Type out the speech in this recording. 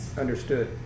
understood